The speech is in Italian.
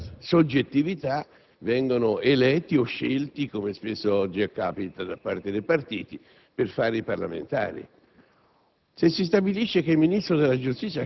che, in funzione della propria soggettività, vengono eletti o scelti, come spesso oggi accade, dai partiti per fare i parlamentari.